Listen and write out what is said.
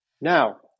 Now